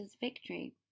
victory